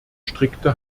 strikte